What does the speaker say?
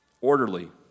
Orderly